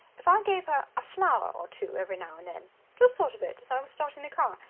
if i gave her a flower or two every now and then? just thought of it as i was starting the car.